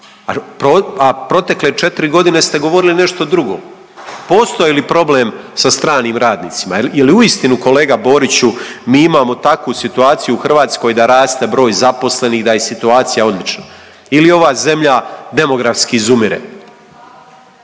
a protekle 4 godine ste govorili nešto drugo. Postoji li problem sa stranim radnicima? Je li uistinu kolega Boriću mi imamo takvu situaciju u Hrvatskoj da raste broj zaposlenih, da je situacija odlična? Ili ova zemlja demografski izumire?